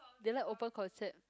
they like open concept